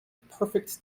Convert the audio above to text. perfect